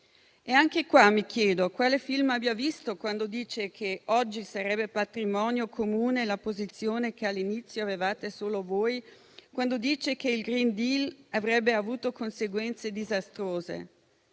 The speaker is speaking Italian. E anche qua mi chiedo quale film abbia visto, quando dice che oggi sarebbe patrimonio comune la posizione che all'inizio avevate solo voi, secondo cui il *green deal* avrebbe avuto conseguenze disastrose.